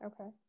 Okay